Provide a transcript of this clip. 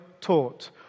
taught